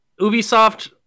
Ubisoft